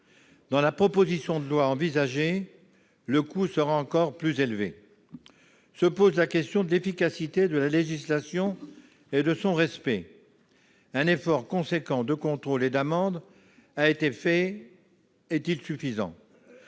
Dans la proposition de loi envisagée, le coût sera encore plus élevé. Se pose la question de l'efficacité de la législation et de son respect. Un effort considérable de contrôle et d'amendes a été réalisé : est-il suffisant ?